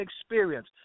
experience